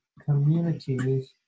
communities